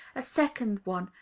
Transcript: a second one,